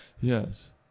yes